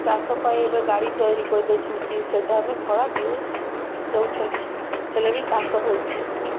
ଚାଷ ପାଇଁ ଏବେ ଗାଡ଼ି ତିଆରି କରିଦଉଛନ୍ତି ସେଇଟା ଆମେ ଭଡ଼ା ଦେଉ ଦଉଛନ୍ତି ହେଲେ ବି ଚାଷ ହେଉଛି